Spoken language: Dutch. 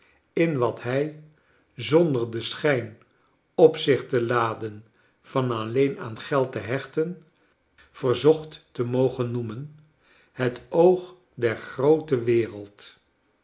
in wat hij zonder den schijn op zich te laden van alleen aan geld te hechten verzoeht te mogen noemen het oog der groote werelcl